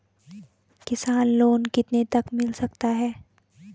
किसान लोंन कितने तक मिल सकता है?